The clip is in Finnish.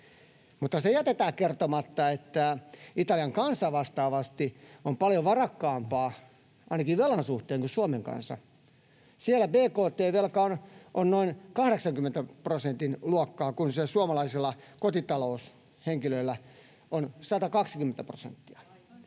Mutta se jätetään kertomatta, että Italian kansa vastaavasti on paljon varakkaampaa ainakin velan suhteen kuin Suomen kansa. Siellä bkt-velka on noin 80 prosentin luokkaa, kun se suomalaisilla kotitaloushenkilöillä on 120 prosenttia,